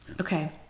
Okay